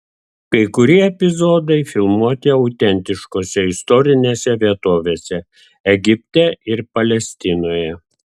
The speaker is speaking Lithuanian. kai kurie epizodai filmuoti autentiškose istorinėse vietovėse egipte ir palestinoje